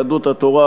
יהדות התורה: